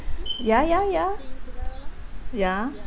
ya ya ya ya